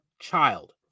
child